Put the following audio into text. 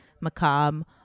macabre